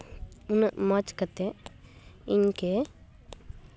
ᱩᱱᱟᱹᱜ ᱢᱚᱡᱽ ᱠᱟᱛᱮᱜ ᱤᱧ ᱜᱮ